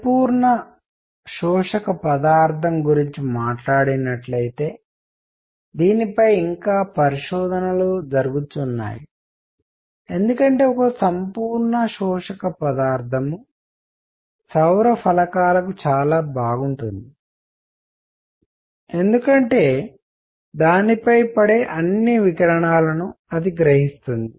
పరిపూర్ణ శోషక పదార్థం గురించి మాట్లాడినట్లైతే దీనిపై పరిశోధనలు జరుగుతున్నాయి ఎందుకంటే ఒక సంపూర్ణ శోషక పదార్థం సౌర ఫలకాలకు చాలా బాగుంటుంది ఎందుకంటే దానిపై పడే అన్ని వికిరణాన్ని అది గ్రహిస్తుంది